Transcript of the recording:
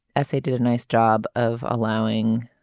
essay did a nice job of allowing